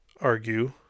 argue